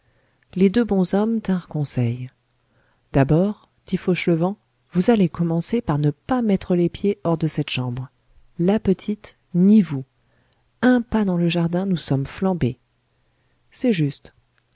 les deux bonshommes tinrent conseil d'abord dit fauchelevent vous allez commencer par ne pas mettre les pieds hors de cette chambre la petite ni vous un pas dans le jardin nous sommes flambés c'est juste